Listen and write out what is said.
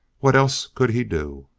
what else could he do?